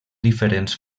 diferents